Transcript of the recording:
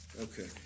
Okay